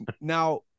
Now